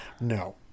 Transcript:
No